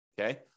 Okay